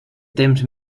temps